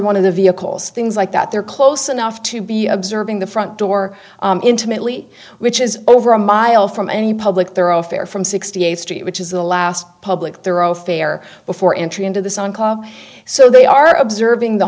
one of the vehicles things like that they're close enough to be observing the front door intimately which is over a mile from any public thoroughfare from said steve st which is the last public thoroughfare before entry into the sun so they are observing the